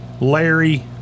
Larry